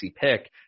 pick